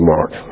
Mark